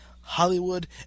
Hollywood